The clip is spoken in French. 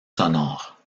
sonores